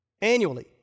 Annually